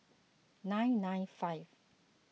nine nine five